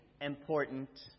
important